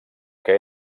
que